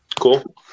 Cool